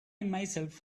myself